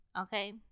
okay